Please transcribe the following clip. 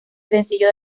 sencillo